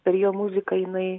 per jo muziką jinai